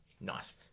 Nice